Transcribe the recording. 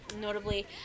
notably